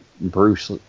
Bruce